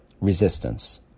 resistance